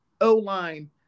O-line